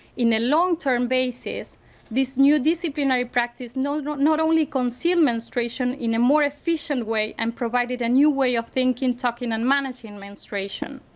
in a long-term basis this new disciplinary practice not not only conceal menstruation in a more efficient way and provided a new way of thinking, talking and managing menstruation.